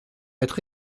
être